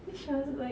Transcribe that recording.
then she was like